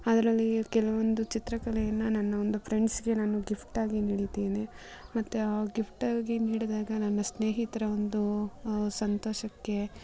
ಅದರಲ್ಲಿ ಕೆಲವೊಂದು ಚಿತ್ರಕಲೆಯನ್ನು ನನ್ನ ಒಂದು ಫ್ರೆಂಡ್ಸ್ಗೆ ನಾನು ಗಿಫ್ಟಾಗಿ ನೀಡಿದ್ದೀನಿ ಮತ್ತು ಆ ಗಿಫ್ಟಾಗಿ ನೀಡಿದಾಗ ನನ್ನ ಸ್ನೇಹಿತರ ಒಂದು ಸಂತೋಷಕ್ಕೆ